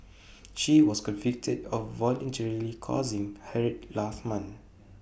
she was convicted of voluntarily causing hurt last month